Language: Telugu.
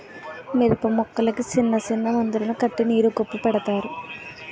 మిరపమొక్కలకి సిన్నసిన్న మందులను కట్టి నీరు గొప్పు పెడతారు